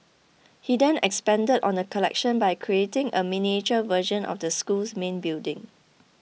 he then expanded on the collection by creating a miniature version of the school's main building